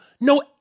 no